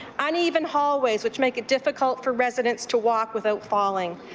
uneven hallways which make it difficult for residents to walk without falling.